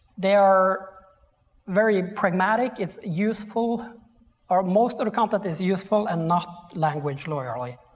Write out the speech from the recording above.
they are very pragmatic. it's useful or most of the content is useful and not language lawyerly.